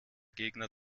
gegner